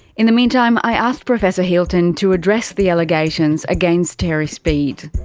in the meantime i asked professor hilton to address the allegations against terry speed.